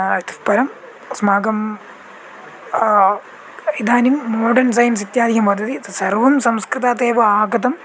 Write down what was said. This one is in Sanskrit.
ततः परं अस्माकं इदानीं मोडर्न् सैन्ज़् इत्यादिकं वर्तते तत्सर्वं संस्कृतात् एव आगतं